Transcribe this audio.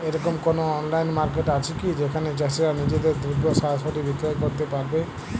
এরকম কোনো online market আছে কি যেখানে চাষীরা নিজেদের দ্রব্য সরাসরি বিক্রয় করতে পারবে?